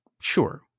sure